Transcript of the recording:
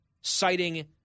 citing